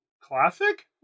classic